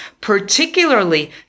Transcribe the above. particularly